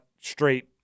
straight